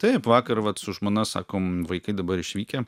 taip vakar vat su žmona sakom vaikai dabar išvykę